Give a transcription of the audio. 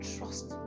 Trust